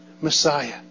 Messiah